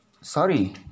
Sorry